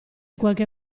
qualche